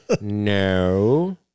no